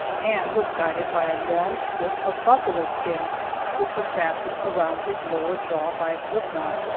and was guided by a long strip of buffalo skin which was fastened around his lower jaw by a slipknot.